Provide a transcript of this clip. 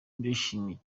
ndishimye